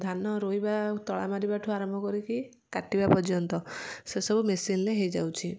ଧାନ ରୋଇବା ଆଉ ତଳି ମାରିବାଠୁ ଆରମ୍ଭ କରିକି କାଟିବା ପର୍ଯ୍ୟନ୍ତ ସେ ସବୁ ମେସିନ୍ରେ ହେଇଯାଉଛି